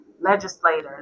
legislators